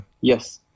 yes